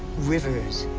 rivers,